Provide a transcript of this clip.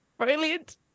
Brilliant